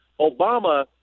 Obama